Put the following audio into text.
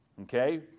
Okay